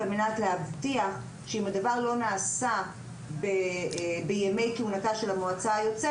על מנת להבטיח שאם הדבר לא נעשה בימי כהונתה של המועצה היוצאת